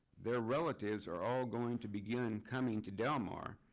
their relatives are all going to begin coming to del mar.